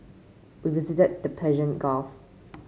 we visited the Persian Gulf